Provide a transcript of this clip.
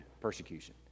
persecution